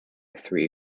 three